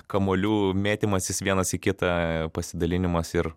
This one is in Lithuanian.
kamuolių mėtymasis vienas į kitą pasidalinimas ir